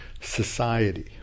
society